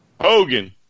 Hogan